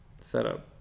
setup